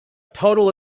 total